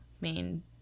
main